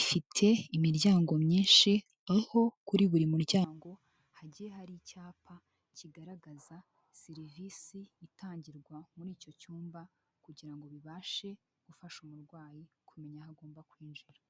ifite imiryango myinshi aho kuri buri muryango hagiye hari icyapa kigaragaza serivisi itangirwa muri icyo cyumba kugira ngo bibashe gufasha umurwayi kumenya aho agomba kwinjira.